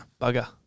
Bugger